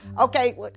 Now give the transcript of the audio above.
Okay